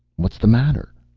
what's the matter?